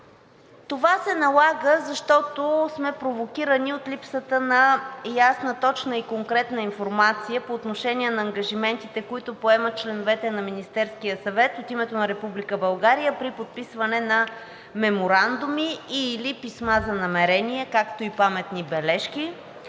Това се налага, защото сме провокирани от липсата на ясна, точна и конкретна информация по отношение на ангажиментите, които поемат членовете на Министерския съвет от името на Република България при подписване на меморандуми и/или писма за намерения, както и паметни бележки.